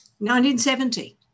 1970